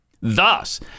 Thus